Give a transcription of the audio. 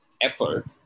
effort